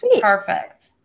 Perfect